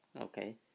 okay